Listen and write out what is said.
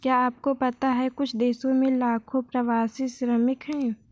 क्या आपको पता है कुछ देशों में लाखों प्रवासी श्रमिक हैं?